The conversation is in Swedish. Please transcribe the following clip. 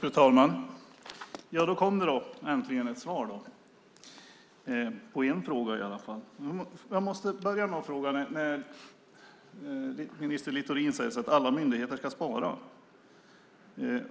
Fru talman! Nu kom det äntligen ett svar, i alla fall på en fråga. Minister Littorin säger att alla myndigheter ska spara.